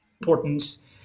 importance